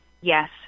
Yes